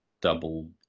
double